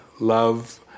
love